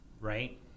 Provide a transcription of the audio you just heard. right